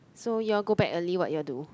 so you'll go back early what you'll do